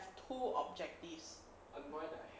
two objectives